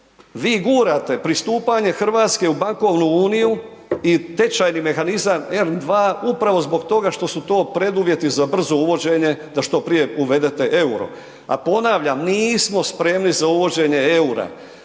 vi gurate pristupanje Hrvatske u bankovnu uniju i tečajni mehanizam ERM II u pravo zbog toga što su to preduvjeti za brzo uvođenje, da što prije uvedete euro a ponavljam, nismo spremni za uvođenje eura,